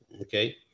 Okay